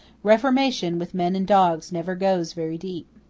reformation with men and dogs never goes very deep.